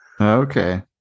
Okay